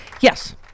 Yes